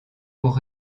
pour